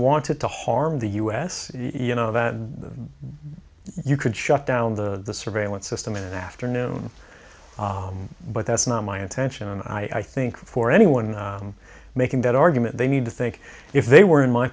wanted to harm the u s you know that you could shut down the surveillance system in an afternoon but that's not my intention and i think for anyone making that argument they need to think if they were in my